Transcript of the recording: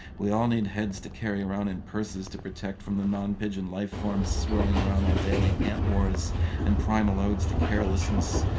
we all need heads to carry around and purses to protect from the non-pigeon life forms swirling around our daily ant wars and primal odes to carelessness.